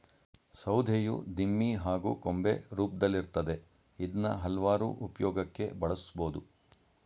ಸೌಧೆಯು ದಿಮ್ಮಿ ಹಾಗೂ ಕೊಂಬೆ ರೂಪ್ದಲ್ಲಿರ್ತದೆ ಇದ್ನ ಹಲ್ವಾರು ಉಪ್ಯೋಗಕ್ಕೆ ಬಳುಸ್ಬೋದು